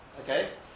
Okay